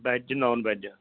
veg non veg